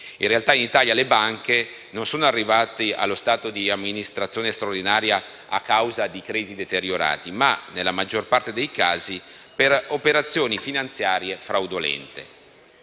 In realtà, in Italia le banche non sono arrivate allo stato di amministrazione straordinaria a causa dei crediti deteriorati, ma, nella maggior parte dei casi, per operazioni finanziarie fraudolente.